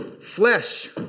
Flesh